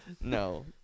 no